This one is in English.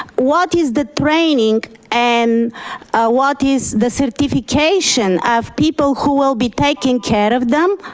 ah what is the training and what is the certification of people who will be taking care of them?